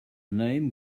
name